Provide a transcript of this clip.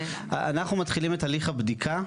אנחנו מתחילים את הליך הבדיקה,